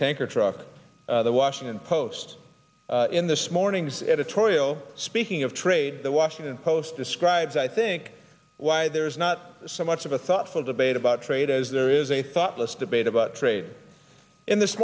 tanker truck the washington post in this morning's editorial speaking of trade the washington post describes i think why there is not so much of a thoughtful debate about trade as there is a thoughtless debate about trade in this